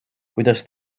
kuidas